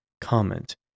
comment